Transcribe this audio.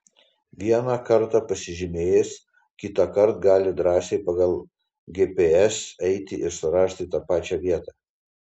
vieną kartą pasižymėjęs kitąkart gali drąsiai pagal gps eiti ir surasi tą pačią vietą